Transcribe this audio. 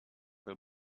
will